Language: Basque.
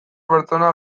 pertsona